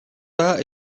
pas